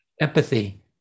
empathy